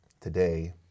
today